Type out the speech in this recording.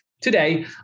today